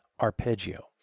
arpeggio